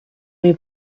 mes